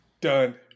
Done